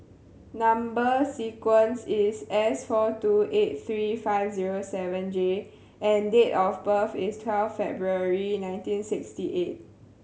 number sequence is S four two eight three five zero seven J and date of birth is twelve February nineteen sixty eight